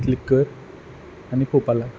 click कर आनी पोवोपा लाग